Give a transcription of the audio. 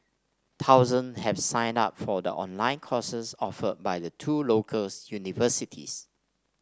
thousands have signed up for the online courses offered by the two locals universities